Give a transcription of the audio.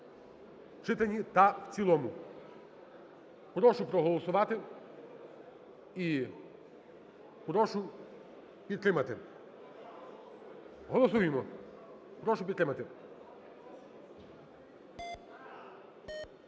читанні та в цілому. Прошу проголосувати і прошу підтримати. Голосуємо. Прошу підтримати.